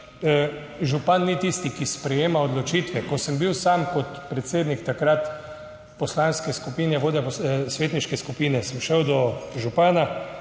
župan ni tisti, ki sprejema odločitve. Ko sem bil sam kot predsednik takrat poslanske skupine vodja svetniške skupine, sem šel do župana,